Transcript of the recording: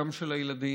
גם של הילדים,